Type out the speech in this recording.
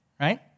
right